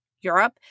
Europe